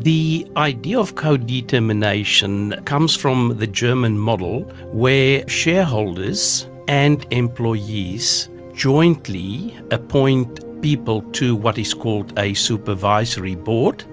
the idea of codetermination comes from the german model where shareholders and employees jointly appoint people to what is called a supervisory board,